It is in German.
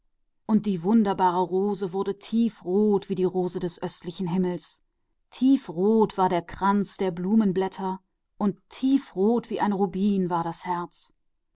und die wundervolle rose färbte sich rot wie die rose des östlichen himmels rot war der gürtel ihrer blätter und rot wie ein rubin war ihr herz